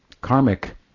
karmic